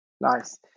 Nice